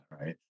right